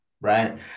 Right